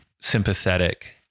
sympathetic